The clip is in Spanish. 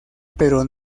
pero